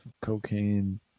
cocaine